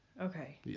Okay